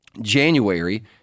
January